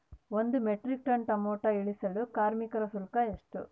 ಒಂದು metric ton tomato ಇಳಿಸಲು ಕಾರ್ಮಿಕರ ಶುಲ್ಕ ಎಷ್ಟು?